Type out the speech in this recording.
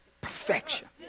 Perfection